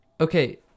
okay